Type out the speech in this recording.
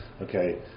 okay